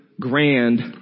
grand